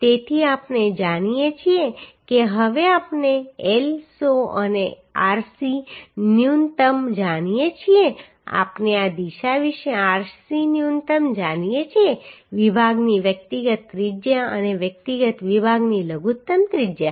તેથી આપણે જાણીએ છીએ કે હવે આપણે L so અને rc ન્યુનત્તમ જાણીએ છીએ આપણે આ દિશા વિશે rc ન્યુનત્તમ જાણીએ છીએ વિભાગની વ્યક્તિગત ત્રિજ્યા અને વ્યક્તિગત વિભાગની લઘુત્તમ ત્રિજ્યા